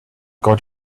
got